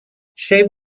shape